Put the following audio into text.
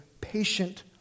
patient